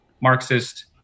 Marxist